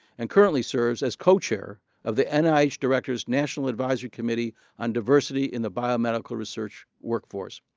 and currently serves as co-chair of the and nih director's national advisory committee on diversity in the biomedical research workforce.